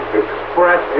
express